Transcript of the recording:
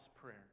prayer